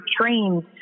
trained